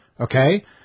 okay